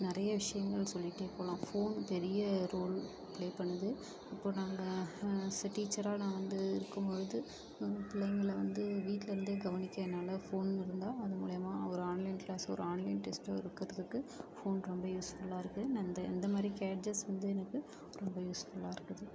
நிறையா விஷயங்கள் சொல்லிகிட்டே போகலாம் போன் பெரிய ரோல் ப்லே பண்ணுது இப்போது நாங்கள் அஸ் எ டீச்சராக நான் வந்து இருக்கும் போது பிள்ளைங்கள வந்து வீட்டில் இருந்தே கவனிச்சேன்னாலா போன் இருந்தால் அது மூலிமா ஒரு ஆன்லைன் க்ளாஸ் ஒரு ஆன்லைன் டெஸ்ட்டும் இருக்கிறதுக்கு போன் வந்து ரொம்ப யூஸ்ஃபுல்லாக இருக்குது இந்தமாதிரி சேன்ஜஸ் வந்து ரொம்ப யூஸ்ஃபுல்லாக இருக்குது